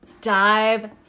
dive